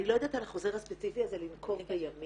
אני לא יודעת על החוזר הספציפי הזה לנקוב בימים.